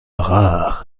rare